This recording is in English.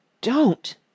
Don't